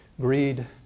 greed